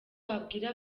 wabwira